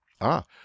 Ah